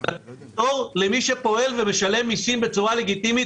ולפטור למי שפועל ומשלם מיסים בצורה לגיטימית.